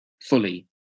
fully